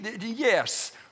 yes